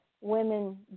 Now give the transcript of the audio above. women